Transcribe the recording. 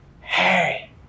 Hey